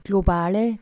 Globale